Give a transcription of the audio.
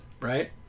right